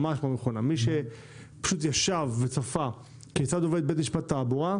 מי שישב וצפה כיצד עובד בית משפט לתעבורה,